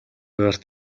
гарт